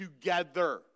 together